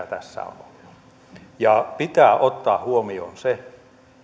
tässä on ollut ja pitää ottaa huomioon se